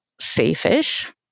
safe-ish